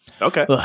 Okay